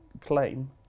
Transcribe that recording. claim